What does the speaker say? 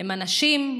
הם אנשים,